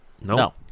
No